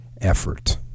effort